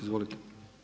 Izvolite.